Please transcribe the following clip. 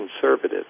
conservative